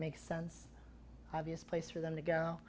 make sense obvious place for them to go